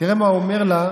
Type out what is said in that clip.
תראה מה אומר לה,